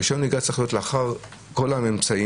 רישיון הנהיגה צריך להיות לאחר כל הממצאים,